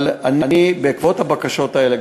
אבל בעקבות הבקשות האלה,